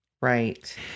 Right